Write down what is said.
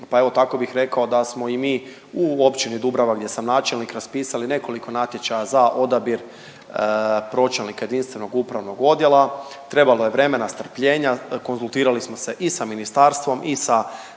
pa evo tako bih rekao da smo i mi u Općini Dubrava gdje sam načelnik raspisali nekoliko natječaja za odabir pročelnika jedinstvenog upravnog odjela. Trebalo je vremena, strpljenja, konzultirali smo se i sa ministarstvom i sa